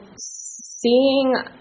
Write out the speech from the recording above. seeing